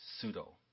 Pseudo